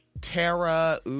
Tara